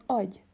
agy